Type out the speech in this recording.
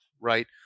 Right